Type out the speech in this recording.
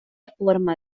forma